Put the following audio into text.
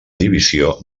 divisió